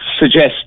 suggest